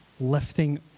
lifting